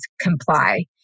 comply